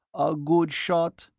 a good shot?